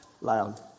loud